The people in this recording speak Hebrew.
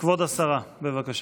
כבוד השרה, בבקשה.